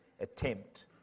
attempt